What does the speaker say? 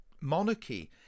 monarchy